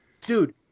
dude